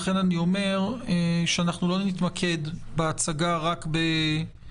לכן אני אומר שאנחנו לא נתמקד בהצגה רק בתוספת